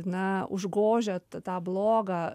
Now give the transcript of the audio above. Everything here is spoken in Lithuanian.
na užgožia t tą blogą